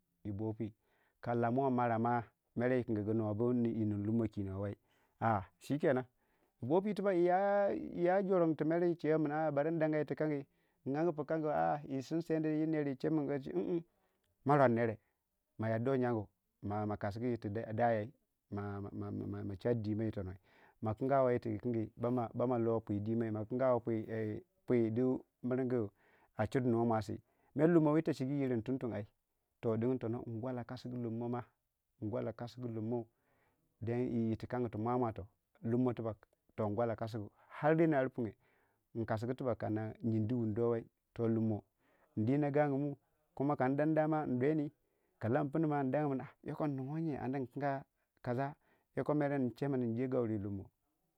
Yii boopu ka lamuwei maraauma ere i kingugu nuwa bu yii nin lummo kinowo wai a'a chikenan yii boopui tibbag yii ya yiiya jorandu tu mera yii cheu min bari ndanga irtikangi angi pii kangu a'a yii sinsedi yii ner yii chemin gachi mm marornere a yarduwe yangu ma kasgu yirtu dayei chardiimei ii tono ma kingawai yirtikingi bama lopudimai akingawai ui a pui du mirgu a chudunuwa mousi mere lummowir techigi yirgi tuntum aii to dun tono ngwalla kasgu lummoma ngwalla kasku lummou then yirtikangi o moumou too lummo tibbag to ngwalla kasgu ar reni ar punge nakasigu tibbag a yindi wunduwoo wai tu lummo ndina gagumu kuma kan dandai ma ndeuni kalam pinnu ma ndanga min a yokon nningiwei yee anda nkinga kasa yoko mere nechemin njegaure ii lummo.